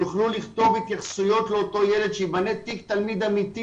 יוכלו לכתוב התייחסויות לאותו ילד וייבנה תיק תלמיד אמיתי